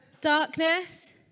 Darkness